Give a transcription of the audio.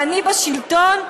ואני בשלטון?